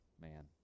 man